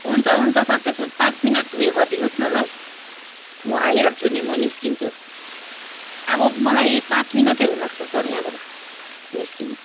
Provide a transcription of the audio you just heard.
हुन्छ हुन्छ सर त्यसो भए पाँच मिनट उयो गरिदिनुहोस् न ल म आइहाल्छु नि म निस्किन्छु अब मलाई पाँच मिनटहरू लाग्छ सर यहाँबाट निस्किनु